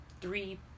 three